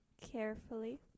carefully